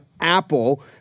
Apple